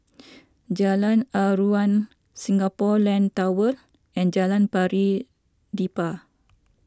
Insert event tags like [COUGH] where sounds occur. [NOISE] Jalan Aruan Singapore Land Tower and Jalan Pari Dedap